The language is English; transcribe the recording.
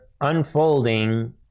unfolding